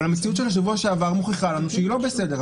אבל המציאות של השבוע שעבר מוכיחה לנו שהיא לא בסדר.